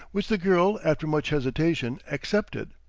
which the girl after much hesitation accepted.